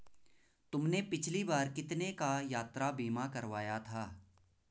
तुमने पिछली बार कितने का यात्रा बीमा करवाया था?